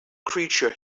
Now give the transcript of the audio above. creature